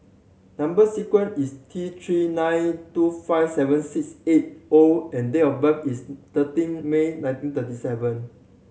number sequence is T Three nine two five seven six eight O and date of birth is thirteen May nineteen thirty seven